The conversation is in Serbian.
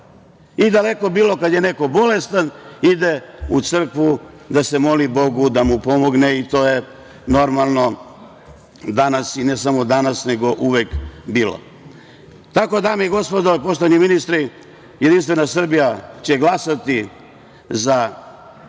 moleban. Daleko bilo, kada je neko bolestan, ide u crkvu da se moli Bogu da mu pomogne i to je normalno danas i ne samo danas, nego je uvek tako bilo. Dame i gospodo, poštovani ministri, jedinstvena Srbija će glasati za